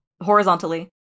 horizontally